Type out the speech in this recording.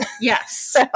Yes